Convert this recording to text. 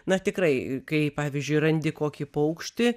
na tikrai kai pavyzdžiui randi kokį paukštį